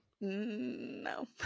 No